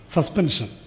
Suspension